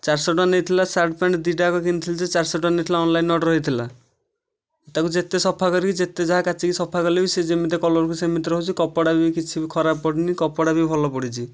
ଚାରିଶହ ଟଙ୍କା ନେଇଥିଲା ସାର୍ଟପ୍ୟାଣ୍ଟ ଦୁଇଟାଯାକ କିଣିଥିଲି ଯେ ଚାରିଶହ ଟଙ୍କା ନେଇଥିଲା ଅନଲାଇନ ଅର୍ଡର ହେଇଥିଲା ତାକୁ ଯେତେ ସଫା କରିକି ଯେତେ ଯାହା କାଚିକି ସଫା କଲେ ବି ସେ ଯେମିତିଆ କଲରକୁ ସେମିତି ରହୁଛି କପଡ଼ା ବି କିଛି ଖରାପ ପଡ଼ୁନି କପଡ଼ା ବି ଭଲ ପଡ଼ିଛି